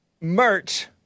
merch